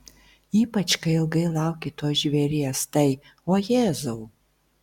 ypač kai ilgai lauki to žvėries tai o jėzau